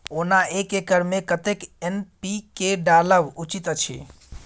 ओना एक एकर मे कतेक एन.पी.के डालब उचित अछि?